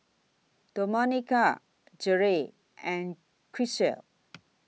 Domenica Jerel and Grisel